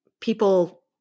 people